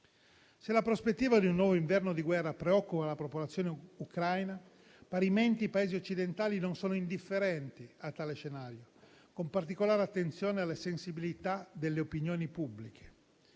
Se la prospettiva di un nuovo inverno di guerra preoccupa la popolazione ucraina, parimenti i Paesi occidentali non sono indifferenti a tale scenario, con particolare attenzione alla sensibilità delle opinioni pubbliche.